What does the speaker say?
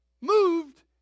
moved